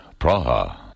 Praha